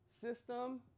system